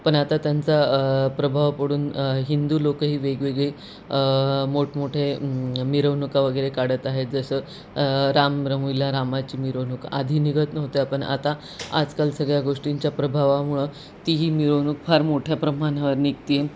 पण आता त्यांचा प्रभाव पडून हिंदू लोकंही वेगवेगळी मोठमोठे मिरवणुका वगैरे काढत आहेत जसं राम रमविला रामाची मिरवणूक आधी निघत नव्हती पण आता आजकाल सगळ्या गोष्टींच्या प्रभावामुळं तीही मिरवणूक फार मोठ्या प्रमाणावर निघते